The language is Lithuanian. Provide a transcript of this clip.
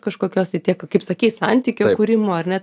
kažkokios tai tiek va kaip sakei santykių kūrimo ar ne